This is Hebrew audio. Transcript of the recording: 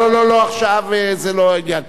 חבר הכנסת וקנין,